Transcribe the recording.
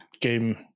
game